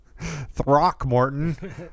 Throckmorton